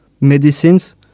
medicines